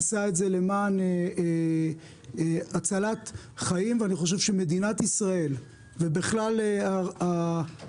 עשה את זה למען הצלת חיים ואני חושב שמדינת ישראל ובכלל האזרחים